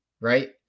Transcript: right